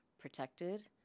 protected